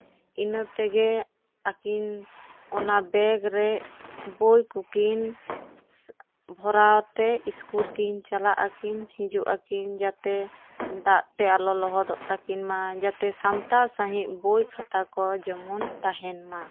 ᱤᱱᱟᱹ ᱛᱮᱜᱮ ᱟᱹᱠᱤᱱ ᱚᱱᱟ ᱵᱮᱜᱽ ᱨᱮ ᱵᱳᱭ ᱠᱚᱠᱤᱱ ᱵᱷᱚᱨᱟᱣ ᱛᱮ ᱤᱥᱠᱩᱞ ᱠᱤᱱ ᱪᱟᱞᱟᱜ ᱟᱠᱤᱱ ᱦᱤᱡᱩᱜ ᱟᱹᱠᱤᱱ ᱡᱟᱛᱮ ᱫᱟᱜ ᱛᱮ ᱟᱞᱚ ᱞᱚᱦᱚᱫᱚᱜ ᱛᱟᱹᱠᱤᱱ ᱢᱟ ᱡᱟᱛᱮ ᱥᱟᱢᱴᱟᱣ ᱥᱟᱺᱦᱤᱡ ᱵᱳᱭ ᱠᱷᱟᱛᱟ ᱠᱚ ᱡᱮᱢᱚᱱ ᱛᱟᱦᱮᱱ ᱢᱟ